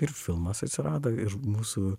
ir filmas atsirado ir mūsų